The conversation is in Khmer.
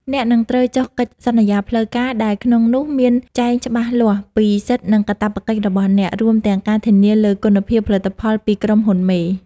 អ្នកនឹងត្រូវ "ចុះកិច្ចសន្យាផ្លូវការ" ដែលក្នុងនោះមានចែងច្បាស់លាស់ពីសិទ្ធិ និងកាតព្វកិច្ចរបស់អ្នក រួមទាំងការធានាលើគុណភាពផលិតផលពីក្រុមហ៊ុនមេ។